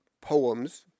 poems